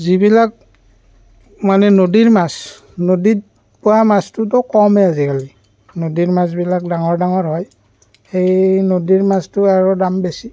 যিবিলাক মানে নদীৰ মাছ নদীত কৰা মাছটোতো কমহে আজিকালি নদীৰ মাছবিলাক ডাঙৰ ডাঙৰ হয় সেই নদীৰ মাছটো আৰু দাম বেছি